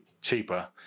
cheaper